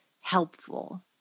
helpful